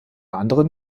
anderen